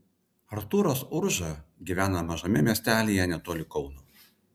artūras urža gyvena mažame miestelyje netoli kauno